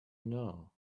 know